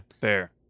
Fair